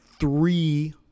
three